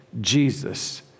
Jesus